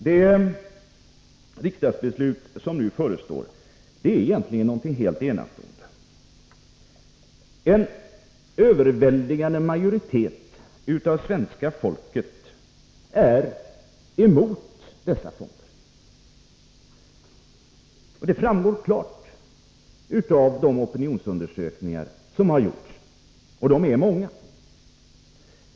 Det riksdagsbeslut som nu förestår är egentligen någonting helt enastående. En överväldigande majoritet av svenska folket är emot dessa fonder. Det framgår klart av de opinionsundersökningar som har gjorts, och det är många.